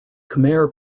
khmer